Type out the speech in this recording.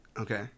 Okay